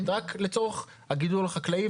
רק לצורך הגידול החקלאי,